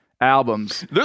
albums